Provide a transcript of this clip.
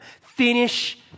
Finish